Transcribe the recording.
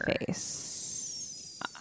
face